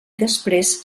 després